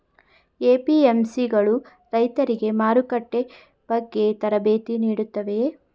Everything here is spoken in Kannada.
ಎ.ಪಿ.ಎಂ.ಸಿ ಗಳು ರೈತರಿಗೆ ಮಾರುಕಟ್ಟೆ ಬಗ್ಗೆ ತರಬೇತಿ ನೀಡುತ್ತವೆಯೇ?